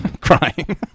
crying